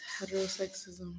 heterosexism